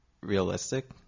realistic